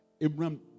Abraham